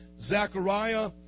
Zechariah